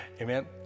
Amen